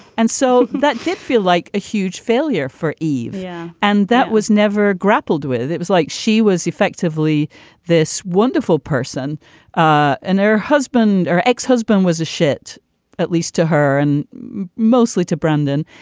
and so that did feel like a huge failure for eve. yeah and that was never grappled with. it was like she was effectively this wonderful person and her husband or ex-husband was a shit at least to her and mostly to brendan.